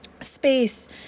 space